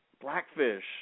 Blackfish